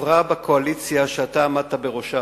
עברה בקואליציה שאתה עמדת בראשה,